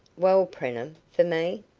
well, preenham, for me?